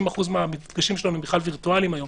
90% מהמפגשים שלנו הם בכלל וירטואליים היום.